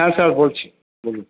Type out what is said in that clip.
হ্যাঁ স্যার বলছি বলুন